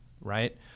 right